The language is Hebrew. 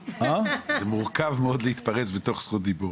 --- זה מורכב מאוד להתפרץ בתוך זכות דיבור.